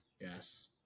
yes